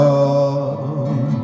Love